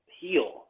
heal